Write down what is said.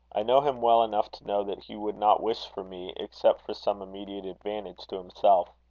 i know him well enough to know that he would not wish for me except for some immediate advantage to himself.